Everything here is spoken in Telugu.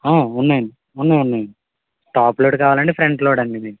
ఉన్నాయ్ అండి ఉన్నాయ్ ఉన్నాయ్ టాప్ లోడ్ కావాలా అండి ఫ్రంట్ లోడా మీది